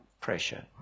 pressure